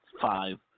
five